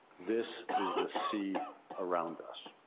this is the sea around us.